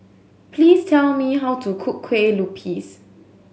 please tell me how to cook Kueh Lupis